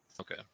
Okay